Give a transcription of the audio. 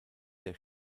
der